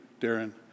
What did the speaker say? Darren